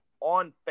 On